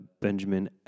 Benjamin